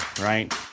right